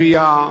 לעירייה,